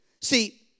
See